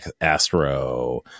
Astro